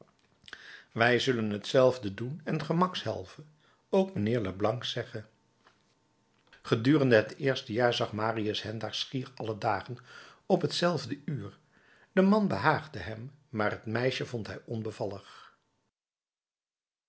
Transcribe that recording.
wij zullen hetzelfde doen en gemakshalve ook mijnheer leblanc zeggen gedurende het eerste jaar zag marius hen daar schier alle dagen op hetzelfde uur de man behaagde hem maar het meisje vond hij onbevallig